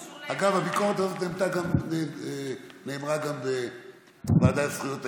אגב, הביקורת הזאת נאמרה גם בוועדה לזכויות הילד.